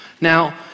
Now